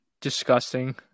disgusting